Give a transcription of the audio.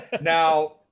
now